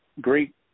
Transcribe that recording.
great